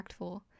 impactful